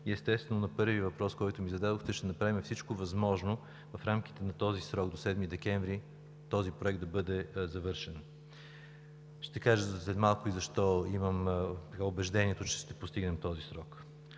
и естествено на първия въпрос, който ми зададохте – ще направим всичко възможно в рамките на този срок до 7 декември този проект да бъде завършен. Ще кажа след малко защо имам убеждението, че ще спазим този срок.